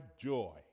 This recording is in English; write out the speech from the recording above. joy